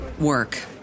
work